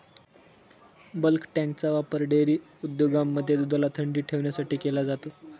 bulk टँकचा वापर dairy उद्योगांमध्ये दुधाला थंडी ठेवण्यासाठी केला जातो